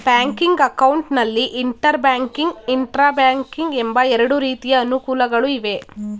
banking account ನಲ್ಲಿ inter banking, intra banking ಎಂಬ ಎರಡು ರೀತಿಯ ಅನುಕೂಲಗಳು ಇವೆ